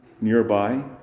nearby